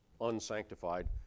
unsanctified